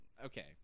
okay